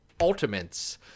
ultimates